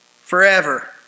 forever